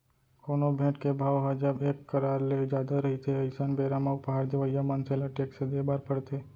कोनो भेंट के भाव ह जब एक करार ले जादा रहिथे अइसन बेरा म उपहार देवइया मनसे ल टेक्स देय बर परथे